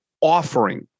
offering